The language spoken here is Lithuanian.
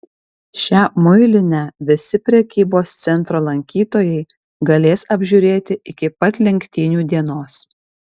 šią muilinę visi prekybos centro lankytojai galės apžiūrėti iki pat lenktynių dienos